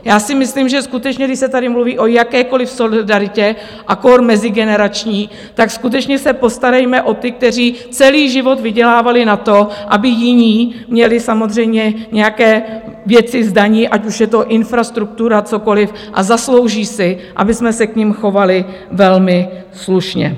Já si myslím, že skutečně, když se tady mluví o jakékoliv solidaritě, a kór mezigenerační, tak skutečně se postarejme o ty, kteří celý život vydělávali na to, aby jiní měli nějaké věci z daní, ať už je to infrastruktura, cokoliv, a zaslouží si, abychom se k nim chovali velmi slušně.